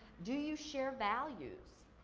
do you share values?